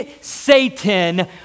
Satan